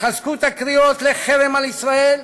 התחזקות הקריאות לחרם על ישראל,